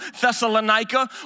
Thessalonica